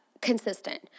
consistent